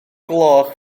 gloch